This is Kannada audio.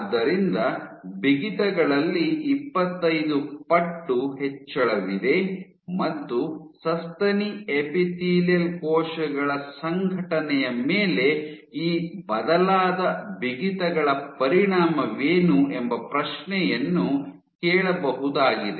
ಆದ್ದರಿಂದ ಬಿಗಿತಗಳಲ್ಲಿ ಇಪ್ಪತ್ತೈದು ಪಟ್ಟು ಹೆಚ್ಚಳವಿದೆ ಮತ್ತು ಸಸ್ತನಿ ಎಪಿಥೇಲಿಯಲ್ ಕೋಶಗಳ ಸಂಘಟನೆಯ ಮೇಲೆ ಈ ಬದಲಾದ ಬಿಗಿತಗಳ ಪರಿಣಾಮವೇನು ಎಂಬ ಪ್ರಶ್ನೆಯನ್ನು ಕೇಳಬಹುದಾಗಿದೆ